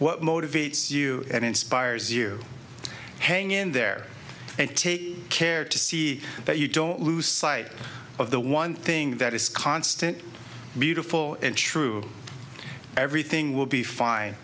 what motivates you and inspires you hang in there and take care to see that you don't lose sight of the one thing that is constant beautiful and true everything will be fine